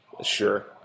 Sure